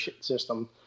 system